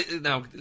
now